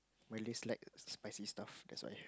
my lips like spicy stuff that's why